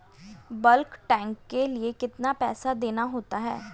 Bulk tank के लिए कितना पैसा देना होता है?